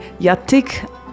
Yatik